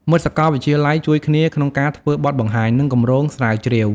មិត្តសកលវិទ្យាល័យជួយគ្នាក្នុងការធ្វើបទបង្ហាញ និងគម្រោងស្រាវជ្រាវ។